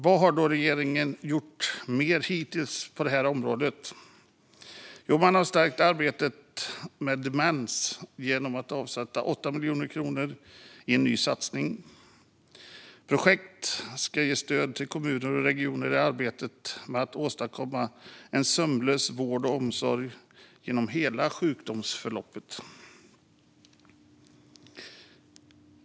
Vad mer har regeringen gjort hittills på detta område? Jo, man har stärkt arbetet med demens genom att avsätta 8 miljoner kronor i en ny satsning. Projekt ska ge stöd till kommuner och regioner i arbetet med att åstadkomma en sömlös vård och omsorg genom hela sjukdomsförloppet.